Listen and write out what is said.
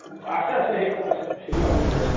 আছে আছে সেইবিলাক আছে সেইবিলাক সুবিধা আছে